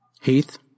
Heath